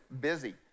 busy